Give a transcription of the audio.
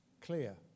clear